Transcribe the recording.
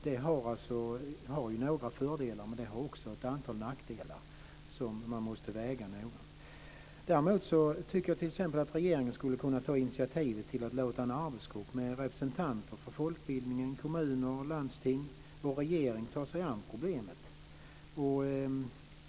Det har några fördelar, men det har också ett antal nackdelar som man måste väga noga. Däremot tycker jag t.ex. att regeringen skulle kunna ta initiativet att låta en arbetsgrupp med representanter för folkbildningen, kommuner, landsting och regering ta sig an problemet.